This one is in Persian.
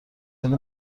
ولی